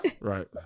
Right